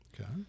Okay